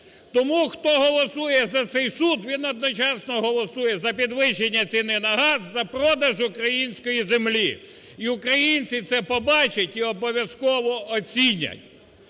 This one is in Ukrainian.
Тому хто голосує за цей суд, він одночасно голосує за підвищення ціни на газ, за продаж української землі. І українці це побачать і обов'язково оцінять.